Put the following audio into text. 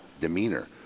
demeanor